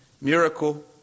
Miracle